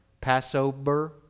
Passover